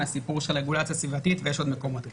הסיפור של רגולציה סביבתית ויש עוד מקומות כאלה.